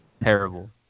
Terrible